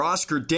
Oscar